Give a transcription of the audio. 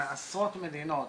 מעשרות מדינות,